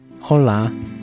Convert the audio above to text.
Hola